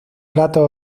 platos